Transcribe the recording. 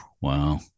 Wow